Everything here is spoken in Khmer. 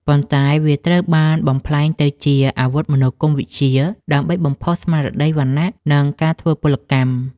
ប៉ុន្តែវាត្រូវបានបំប្លែងទៅជា អាវុធមនោគមវិជ្ជា ដើម្បីបំផុសស្មារតីវណ្ណៈ និងការធ្វើពលកម្ម។